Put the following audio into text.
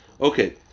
Okay